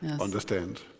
understand